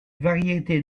variétés